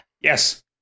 Yes